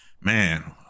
man